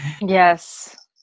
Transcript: Yes